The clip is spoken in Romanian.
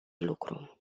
lucru